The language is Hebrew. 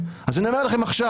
אני מבקש לקבל תשובה מכם לפני